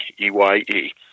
E-Y-E